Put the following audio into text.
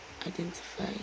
identify